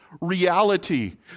reality